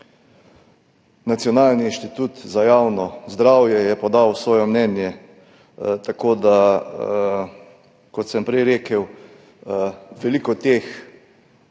Nacionalni inštitut za javno zdravje je podal svoje mnenje. Kot sem prej rekel, veliko teh